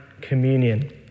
communion